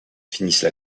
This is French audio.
finissent